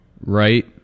Right